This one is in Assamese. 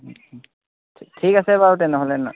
ঠিক আছে বাৰু তেনেহ'লে